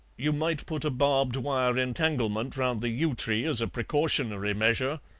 you might put a barbed wire entanglement round the yew tree as a precautionary measure,